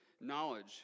knowledge